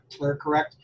ClearCorrect